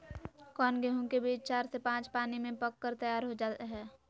कौन गेंहू के बीज चार से पाँच पानी में पक कर तैयार हो जा हाय?